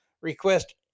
request